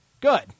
Good